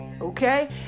Okay